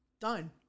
Done